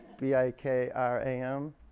B-I-K-R-A-M